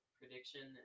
Prediction